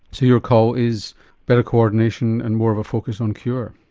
so your call is better co-ordination and more of a focus on cure?